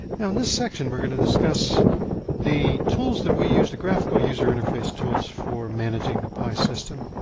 now, in this section we are going to discuss the tools that we use, the graphical user interface tools, for managing the pi system.